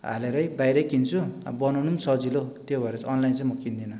हालेरै बाहिरै किन्छु अब बनाउनु पनि सजिलो त्यो भएर चाहिँ अनलाइन चाहिँ म किन्दिन